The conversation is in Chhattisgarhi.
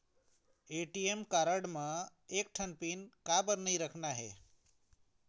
ए.टी.एम कारड म एक ठन पिन काबर नई रखना हे?